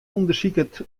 ûndersiket